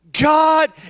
god